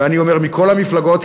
ואני אומר מכל המפלגות,